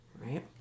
right